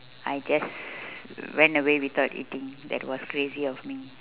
I guess went away without eating that was crazy of me